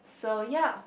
so ya